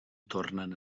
tornen